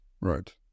Right